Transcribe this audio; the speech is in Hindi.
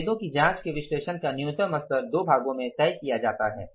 विभेदों की जांच के विश्लेषण का न्यूनतम स्तर दो भागों में तय किया गया है